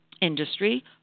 industry